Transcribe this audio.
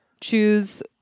choose